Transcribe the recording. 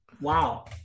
Wow